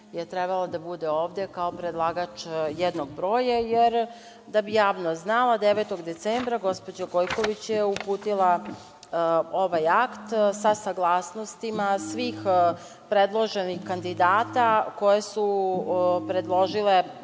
je trebalo da bude ovde, kao predlagač jednog broja, jer, da bi javnost znala, 9. decembra, gospođa Gojković je uputila ovaj akt sa saglasnostima svih predloženih kandidata koje su predložile